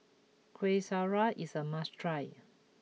Kuih Syara is a must try